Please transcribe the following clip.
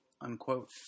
unquote